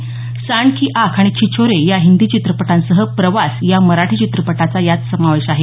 सांड की आंख आणि छिछोरे या हिंदी चित्रपटांसह प्रवास या मराठी चित्रपटाचा यात समावेश आहे